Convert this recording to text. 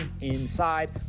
inside